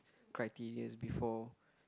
criterias before